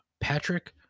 Patrick